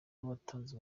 watanze